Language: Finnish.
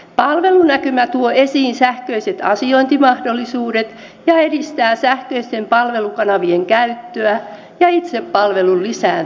palvelunäkymä tuo esiin sähköiset asiointimahdollisuudet ja edistää sähköisten palvelukanavien käyttöä ja itsepalvelun lisääntymistä